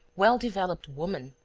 well-developed woman,